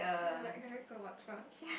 we are like having so much fun